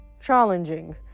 challenging